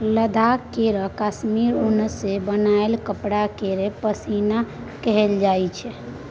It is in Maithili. लद्दाख केर काश्मीर उन सँ बनाएल कपड़ा केँ पश्मीना कहल जाइ छै